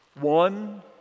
One